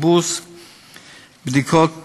גיבוס ובדיקות דם.